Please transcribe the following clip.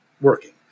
working